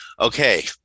Okay